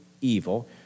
evil